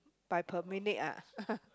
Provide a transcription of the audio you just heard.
by per minute ah